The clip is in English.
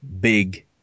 big